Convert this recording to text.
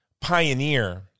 pioneer